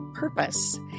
Purpose